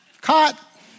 Caught